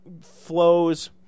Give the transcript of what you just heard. flows